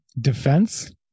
defense